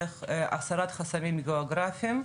זה הסרת חסמים גיאוגרפיים,